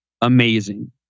amazing